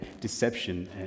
deception